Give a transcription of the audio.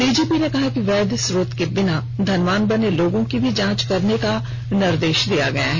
DGP ने कहा कि वैद्य स्रोत के बिना धनवान बने लोगों की जांच करने का निर्देश दिया गया है